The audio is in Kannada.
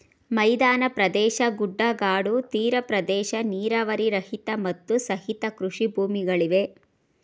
ಮೈದಾನ ಪ್ರದೇಶ, ಗುಡ್ಡಗಾಡು, ತೀರ ಪ್ರದೇಶ, ನೀರಾವರಿ ರಹಿತ, ಮತ್ತು ಸಹಿತ ಕೃಷಿ ಭೂಮಿಗಳಿವೆ